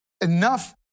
Enough